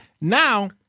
now